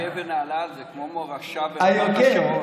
ההבדל בין היוגב לנהלל זה כמו מורשה ורמת השרון.